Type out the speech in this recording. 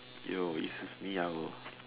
yo if it's me I will